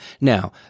Now